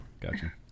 Gotcha